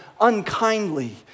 unkindly